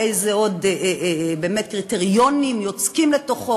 איזה עוד קריטריונים יוצקים לתוכו,